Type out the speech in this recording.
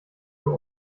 für